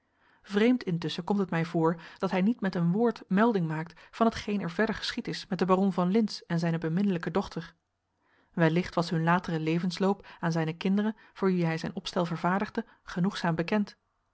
vreemd intusschen komt het mij voor dat hij niet met een woord melding maakt van hetgeen er verder geschied is met den baron van lintz en zijne beminnelijke dochter wellicht was hun latere levensloop aan zijne kinderen voor wie hij zijn opstel vervaardigde genoegzaam bekend